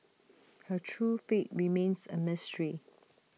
her true fate remains A mystery